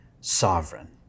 sovereign